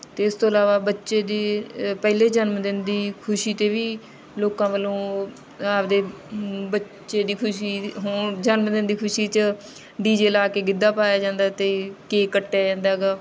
ਅਤੇ ਇਸ ਤੋਂ ਇਲਾਵਾ ਬੱਚੇ ਦੀ ਪਹਿਲੇ ਜਨਮ ਦਿਨ ਦੀ ਖੁਸ਼ੀ 'ਤੇ ਵੀ ਲੋਕਾਂ ਵੱਲੋਂ ਆਪਦੇ ਬੱਚੇ ਦੀ ਖੁਸ਼ੀ ਹੋਣ ਜਨਮ ਦਿਨ ਦੀ ਖੁਸ਼ੀ 'ਚ ਡੀ ਜੇ ਲਾ ਕੇ ਗਿੱਧਾ ਪਾਇਆ ਜਾਂਦਾ ਅਤੇ ਕੇਕ ਕੱਟਿਆ ਜਾਂਦਾ ਹੈਗਾ